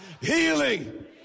Healing